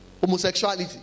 homosexuality